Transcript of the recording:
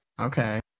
Okay